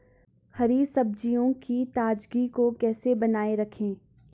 हरी सब्जियों की ताजगी को कैसे बनाये रखें?